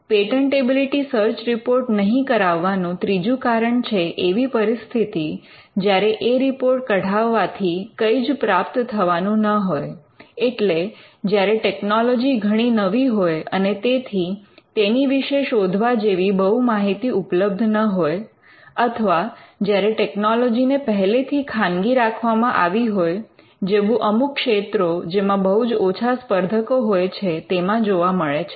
patentability search report નહીં કરાવવાનું ત્રીજું કારણ છે એવી પરિસ્થિતિ જ્યારે એ રિપોર્ટ કઢાવવાથી કઈ જ પ્રાપ્ત થવાનું ન હોય એટલે જ્યારે ટેકનોલોજી ઘણી નવી હોય અને તેથી તેની વિશે શોધવા જેવી બહુ માહિતી ઉપલબ્ધ ન હોય અથવા જ્યારે ટેકનોલોજીને પહેલેથી ખાનગી રાખવામાં આવી હોય જેવું અમુક ક્ષેત્રો જેમાં બહુ જ ઓછા સ્પર્ધકો હોય છે તેમાં જોવા મળે છે